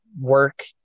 work